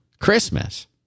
Christmas